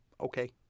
Okay